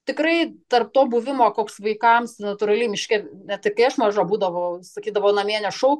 tikrai tarp to buvimo koks vaikams natūraliai miške net ir kai aš maža būdavau sakydavo namie nešauk